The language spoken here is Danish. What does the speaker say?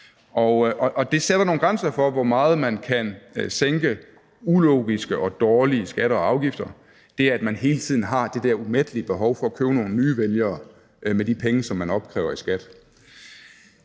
Det sætter nogle grænser for, hvor meget man kan sænke ulogiske og dårlige skatter og afgifter, at man hele tiden har det der umættelige behov for at købe nogle nye vælgere med de penge, som man opkræver i skat.